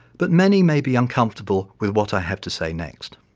but many may be uncomfortable with what i have to say next.